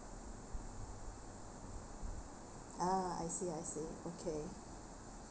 ah I see I see okay